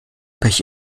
pech